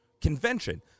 convention